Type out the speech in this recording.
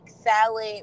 salad